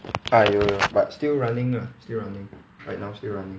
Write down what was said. ah 有有 but still running lah still running right now still running